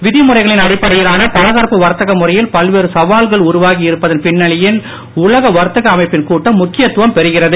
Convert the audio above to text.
விதிமுறைகளின் அடிப்படையிலான பல தரப்பு வர்த்தக முறையில் பல்வேறு சவால்கள் உருவாகி இருப்பதன் பின்னணியில் உலக வர்த்தக அமைப்பின் கூட்டம் முக்கியத்துவம் பெறுகிறது